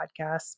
podcasts